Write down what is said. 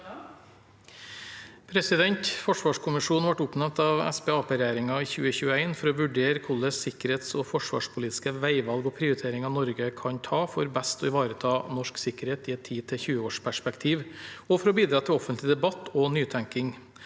Arbeiderparti–Senterparti-regjeringen i 2021 for å vurdere hvilke sikkerhetsog forsvarspolitiske veivalg og prioriteringer Norge kan ta for best å ivareta norsk sikkerhet i et 10–20-årsperspektiv, og for å bidra til offentlig debatt og nytenkning.